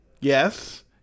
Yes